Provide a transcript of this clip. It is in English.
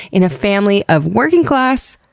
in a family of working class,